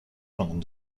pendant